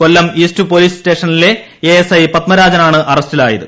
കൊല്ലം east police പ സ്റ്റേഷനിലെ A S I പദ്മരാജനാണ് അറസ്റ്റിലായത്